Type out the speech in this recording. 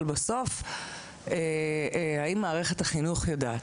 אבל בסוף השאלה היא האם מערכת החינוך יודעת.